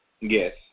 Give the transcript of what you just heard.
Yes